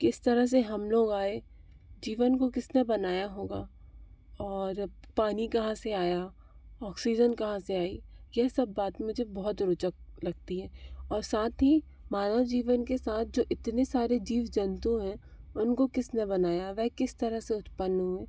किस तरह से हम लोग आए जीवन को किस ने बनाया होगा और पानी कहाँ से आया ऑक्सीजन कहाँ से आई ये सब बात मुझे बहुत रोचक लगती है और साथ ही मानव जीवन के साथ जो इतने सारे जीव जंतु हैं उनको किस ने बनाया वह किस तरह से उत्पन्न हुए